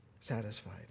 satisfied